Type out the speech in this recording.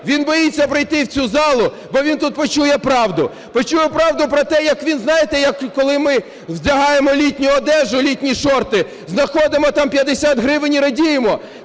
Він боїться прийти в цю залу, бо він тут почує правду. Почує правду про те, як він, знаєте, як коли ми вдягаємо літню одежу, літні шорти, знаходимо там 50 гривень і радіємо,